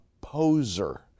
poser